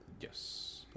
Yes